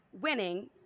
winning